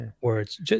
words